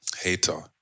Hater